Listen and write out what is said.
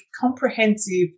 comprehensive